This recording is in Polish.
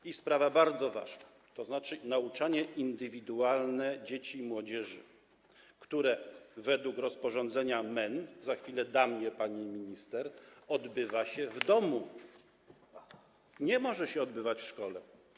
I sprawa bardzo ważna, tzn. nauczanie indywidualne dzieci i młodzieży, które według rozporządzenia MEN - za chwilę dam je pani minister - odbywa się w domu, nie może się odbywać w szkole.